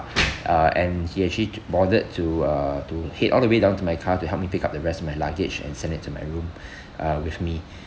uh and he actually th~ bothered to uh to head all the way down to my car to help me pick up the rest of my luggage and send it to my room uh with me